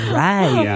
right